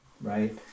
right